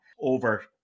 over